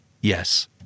Yes